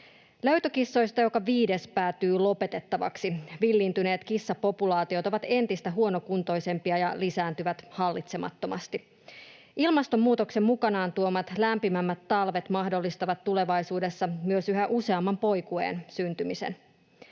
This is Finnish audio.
Löytökissoista joka viides päätyy lopetettavaksi. Villiintyneet kissapopulaatiot ovat entistä huonokuntoisempia ja lisääntyvät hallitsemattomasti. Ilmastonmuutoksen mukanaan tuomat lämpimämmät talvet mahdollistavat tulevaisuudessa myös yhä useamman poi- kueen syntymisen.